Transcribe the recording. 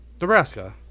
Nebraska